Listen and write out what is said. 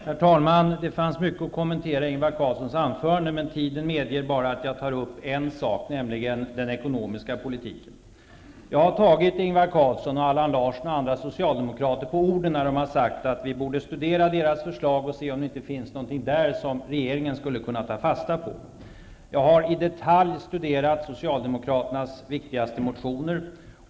Herr talman! Det fanns mycket att kommentera i Ingvar Carlssons anförande, men tiden medger bara att jag tar upp en sak, nämligen den ekonomiska politiken. Jag har tagit Ingvar Carlsson, Allan Larsson och andra socialdemokrater på orden när de har sagt att vi borde studera deras förslag och se om det inte finns någonting där som regeringen skulle kunna ta fasta på. Jag har i detalj studerat Socialdemokraternas viktigaste motioner.